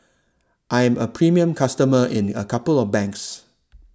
I'm a premium customer in a couple of banks